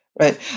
right